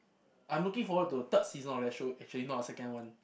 I'm looking forward to the third season of that show actually no the second one